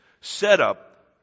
setup